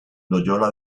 loyola